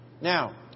Now